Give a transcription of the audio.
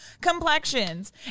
complexions